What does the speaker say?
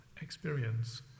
experience